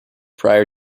prior